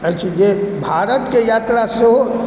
अछि जे भारतके यात्रा सेहो